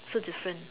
so different